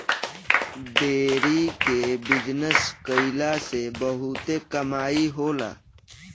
dairy के business कईला से बहुते कमाई होला